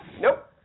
Nope